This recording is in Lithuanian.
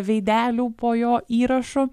veidelių po jo įrašu